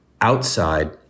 outside